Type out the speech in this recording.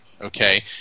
Okay